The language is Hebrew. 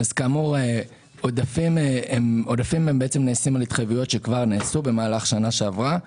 כאמור עודפים הם על התחייבויות שכבר נעשו במהלך שנה שעברה.